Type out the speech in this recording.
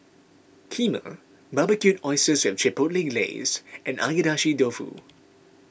Kheema Barbecued Oysters with Chipotle Glaze and Agedashi Dofu